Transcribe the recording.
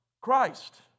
Christ